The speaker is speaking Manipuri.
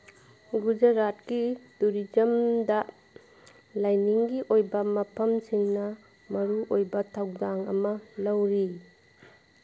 ꯒꯨꯖꯔꯥꯠꯀꯤ ꯇꯨꯔꯤꯖꯝꯗ ꯂꯥꯏꯅꯤꯡꯒꯤ ꯑꯣꯏꯕ ꯃꯐꯝꯁꯤꯡꯅ ꯃꯔꯨꯑꯣꯏꯕ ꯊꯧꯗꯥꯡ ꯑꯃ ꯂꯧꯔꯤ